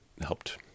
helped